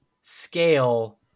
scale